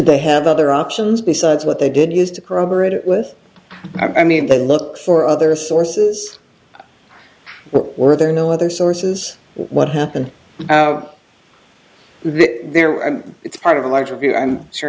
they have other options besides what they did used to corroborate it with i mean they look for other sources but were there no other sources what happened there and it's part of a larger view i'm sure